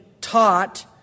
taught